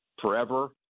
forever